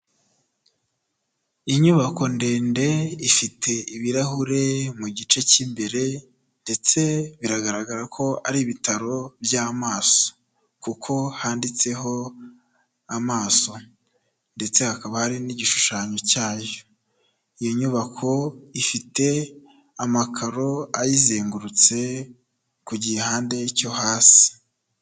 Inyubako ndende ifite ibirahure mu gice cy'imbere ndetse biragaragara ko ari ibitaro by'amaso kuko handitseho amaso ndetse hakaba hari n'igishushanyo cyayo, iyo nyubako ifite amakaro ayizengurutse ku gihande cyo hasi.